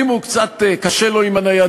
הוא הוא קצת קשה לו עם הניידות,